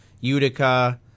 Utica